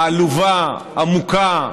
העלובה, העמוקה,